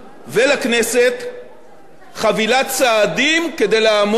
חבילת צעדים כדי לעמוד ביעד הגירעון.